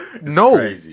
no